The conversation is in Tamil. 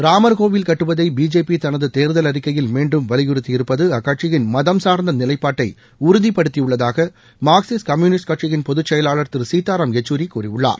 ராமர்கோயில் கட்டுவதை பிஜேபி தனது தேர்தல் அறிக்கையில் மீண்டும் வலியுறுத்தி இருப்பது அக்கட்சியின் மதம் சார்ந்த நிலைப்பாட்டை உறுதிப்படுத்தியுள்ளதாக மார்க்சிஸ்ட் கம்யூனிஸ்ட் கட்சியின் பொதுச் செயலாளர் திரு சீத்தாராம் யெச்சூரி கூறியுள்ளார்